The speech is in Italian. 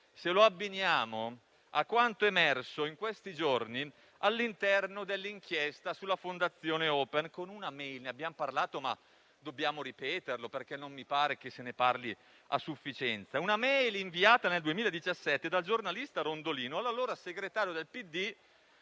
se lo abbiniamo a quanto emerso in questi giorni all'interno dell'inchiesta sulla Fondazione Open con una *e-mail* - ne abbiamo parlato, ma dobbiamo ripeterlo perché non mi pare che se ne parli a sufficienza - inviata nel 2017 dal giornalista Rondolino all'allora segretario del PD